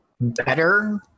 better